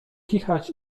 kichać